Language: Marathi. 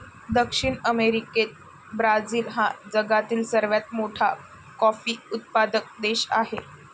दक्षिण अमेरिकेत ब्राझील हा जगातील सर्वात मोठा कॉफी उत्पादक देश आहे